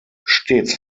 stets